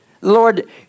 Lord